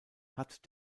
hat